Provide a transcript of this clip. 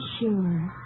Sure